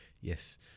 Yes